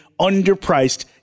underpriced